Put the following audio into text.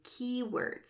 keywords